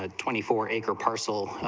ah twenty four acre parcel,